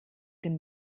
dem